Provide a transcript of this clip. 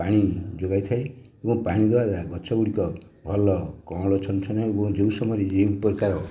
ପାଣି ଯୋଗାଇଥାଏ ଏବଂ ପାଣି ଦେବା ଗଛ ଗୁଡ଼ିକ ଭଲ କଅଁଳ ଛନଛନିଆ ହୁଅନ୍ତି ଏହି ସମୟରେ ଯେଉଁ ପ୍ରକାର